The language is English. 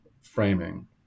framing